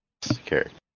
character